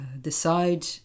decide